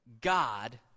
God